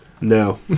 No